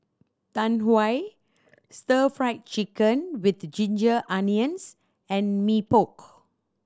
Tau Huay Stir Fry Chicken with ginger onions and Mee Pok